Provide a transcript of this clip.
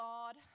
God